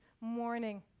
morning